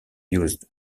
used